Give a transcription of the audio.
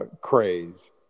craze